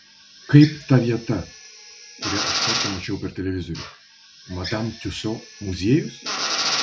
kaip ta vieta kurią aš kartą mačiau per televizorių madam tiuso muziejus